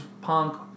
punk